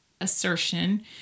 assertion